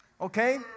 Okay